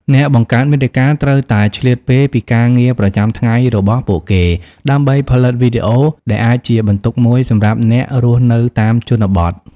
អ្នកបង្កើតមាតិកាត្រូវតែឆ្លៀតពេលពីការងារប្រចាំថ្ងៃរបស់ពួកគេ ដើម្បីផលិតវីដេអូ ដែលអាចជាបន្ទុកមួយសម្រាប់អ្នករស់នៅតាមជនបទ។